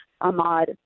Ahmad